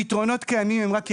הפתרונות קיימים אם רק יקשיבו.